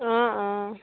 অঁ অঁ